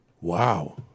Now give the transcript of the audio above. Wow